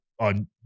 on